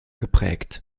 geprägt